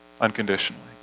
unconditionally